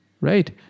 Right